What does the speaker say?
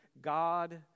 God